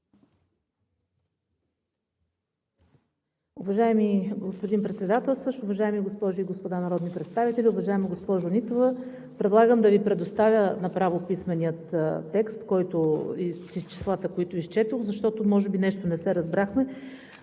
Уважаеми господин Председателстващ, уважаеми госпожи и господа народни представители! Уважаема госпожо Нитова, предлагам да Ви предоставя направо писмения текст и числата, които изчетох, защото може би нещо не се разбрахме.